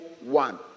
one